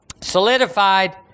Solidified